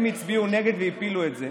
הם הצביעו נגד והפילו את זה,